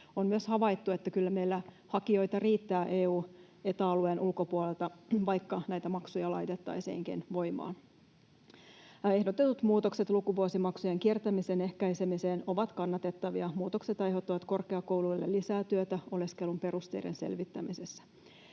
On myös havaittu, että kyllä meillä hakijoita riittää EU- ja Eta-alueen ulkopuolelta, vaikka näitä maksuja laitettaisiinkin voimaan. Ehdotetut muutokset lukuvuosimaksujen kiertämisen ehkäisemiseen ovat kannatettavia. Muutokset aiheuttavat korkeakouluille lisää työtä oleskelun perusteiden selvittämisessä.